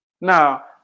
Now